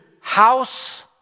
house